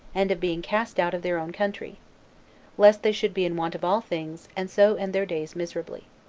and of being cast out of their own country lest they should be in want of all things, and so end their days miserably.